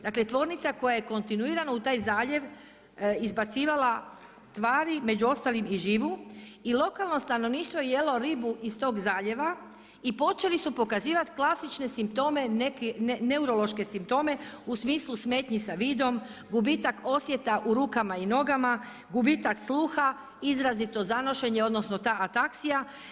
Dakle tvornice koja je kontinuirano u taj zaljev izbacivala tvari među ostalim i živu i lokalno stanovništvo je jelo ribu iz tog zaljeva i počeli su pokazivati klasične simptome, neke neurološke simptome u smislu smetnji sa vidom, gubitak osjeta u rukama i nogama, gubitak sluha, izrazito zanošenje, odnosno ta ataksija.